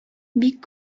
бик